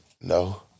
No